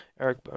eric